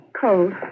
Cold